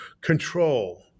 control